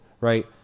right